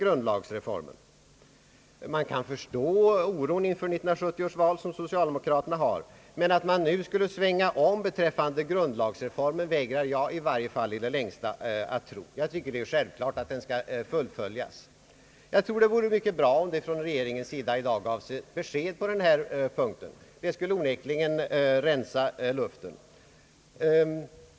Jag kan förstå den oro inför 1970 års val som socialdemokraterna känner, men att man nu skulle svänga om beträffande grundlagsreformen vägrar i varje fall jag i det längsta att tro. Jag tycker att det är självklart att reformen skall fullföljas. Det vore mycket bra om regeringen i dag kunde ge ett besked på denna punkt. Det skulle onekligen rensa luften.